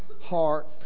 heart